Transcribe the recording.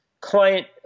client